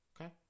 Okay